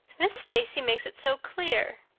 miss stacy makes it so clear.